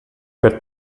per